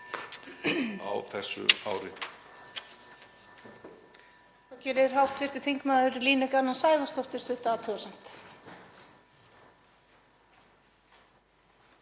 á þessu ári